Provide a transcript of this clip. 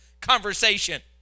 conversation